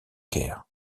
caire